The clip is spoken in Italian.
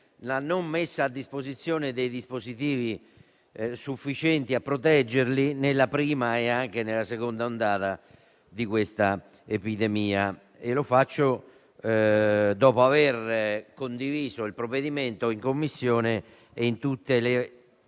della mancanza di dispositivi sufficienti a proteggerli nella prima e anche nella seconda ondata di questa epidemia. Lo faccio dopo aver condiviso il provvedimento in Commissione e in tutte le